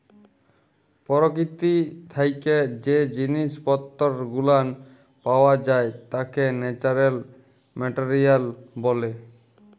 পরকীতি থাইকে জ্যে জিনিস পত্তর গুলান পাওয়া যাই ত্যাকে ন্যাচারাল মেটারিয়াল ব্যলে